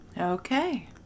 Okay